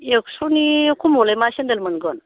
एक्स'नि खमावलाय मा सेन्देल मोनगोन